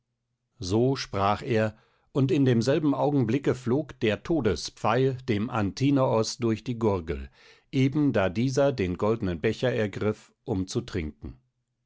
so sprach er und in demselben augenblicke flog der todespfeil dem antinoos durch die gurgel eben da dieser den goldnen becher ergriff um zu trinken